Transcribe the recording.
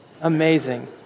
Amazing